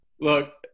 look